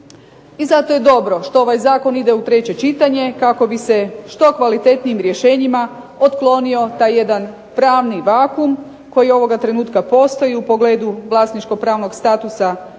I zato je dobro što ovaj zakon ide u treće čitanje kako bi se što kvalitetnijim rješenjima otklonio taj jedan pravni vakuum koji ovoga trenutka postoji u pogledu vlasničko-pravnih statusa